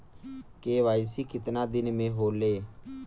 KYC कितना दिन में होले?